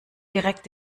direkt